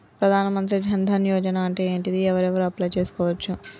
ప్రధాన మంత్రి జన్ ధన్ యోజన అంటే ఏంటిది? ఎవరెవరు అప్లయ్ చేస్కోవచ్చు?